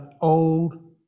old